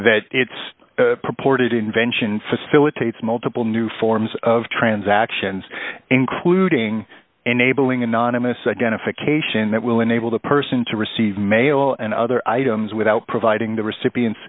that its purported invention facilitates multiple new forms of transactions including enabling anonymous identification that will enable the person to receive mail and other items without providing the recipient